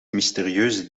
mysterieuze